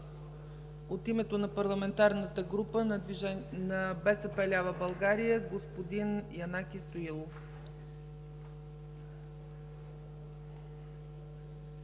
От името на Парламентарната група на „БСП лява България” – господин Янаки Стоилов.